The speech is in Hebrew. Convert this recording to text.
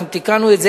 אנחנו תיקנו את זה,